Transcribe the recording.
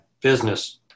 business